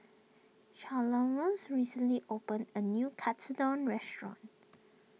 Chalmers recently opened a new Katsudon restaurant